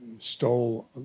stole